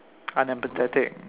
unemphatic